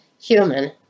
human